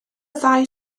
ddau